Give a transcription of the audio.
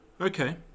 Okay